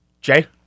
Jay